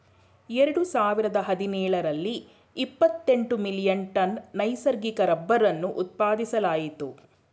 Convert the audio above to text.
ಎರಡು ಸಾವಿರದ ಹದಿನೇಳರಲ್ಲಿ ಇಪ್ಪತೆಂಟು ಮಿಲಿಯನ್ ಟನ್ ನೈಸರ್ಗಿಕ ರಬ್ಬರನ್ನು ಉತ್ಪಾದಿಸಲಾಯಿತು